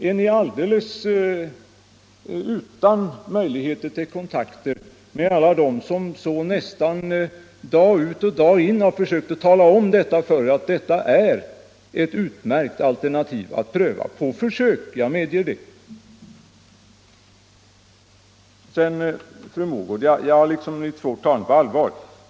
Är ni alldeles utan möjlighet till kontakt med alla dem som nästan dag ut och dag in har försökt tala om för er att detta är ett utmärkt alternativ att pröva — på försök, jag medger det? Fru Mogård har jag svårt att ta på allvar.